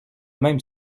même